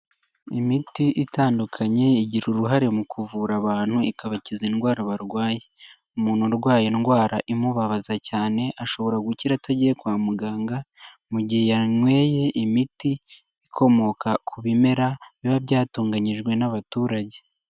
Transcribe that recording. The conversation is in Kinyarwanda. Imiti itandukanye igira uruhare mu kuvura abantu ikabakiza indwara barwaye, umuntu urwaye indwara imubabaza cyane ashobora gukira atagiye kwa muganga, mu gihe yanyweye imiti ikomoka ku bimera biba byatunganyijwe n'abaturage.